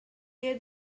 near